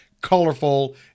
Colorful